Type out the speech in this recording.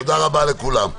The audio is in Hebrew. תודה רבה לכולם.